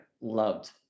loved